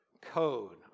code